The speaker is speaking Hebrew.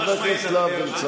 חד-משמעית,